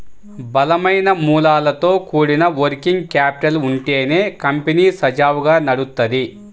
బలమైన మూలాలతో కూడిన వర్కింగ్ క్యాపిటల్ ఉంటేనే కంపెనీ సజావుగా నడుత్తది